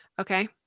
Okay